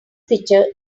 picture